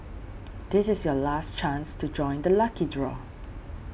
this is your last chance to join the lucky draw